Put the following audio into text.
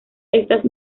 estas